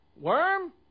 worm